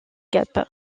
guêpes